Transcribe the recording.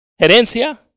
Herencia